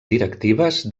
directives